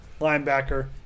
linebacker